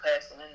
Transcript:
person